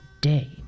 day